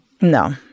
No